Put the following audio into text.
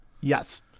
yes